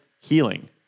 healing